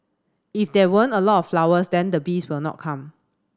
if there weren't a lot of flowers then the bees will not come